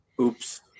oops